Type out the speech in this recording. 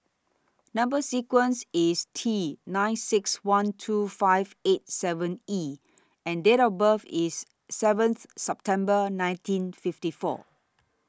Number sequence IS T nine six one two five eight seven E and Date of birth IS seventh September nineteen fifty four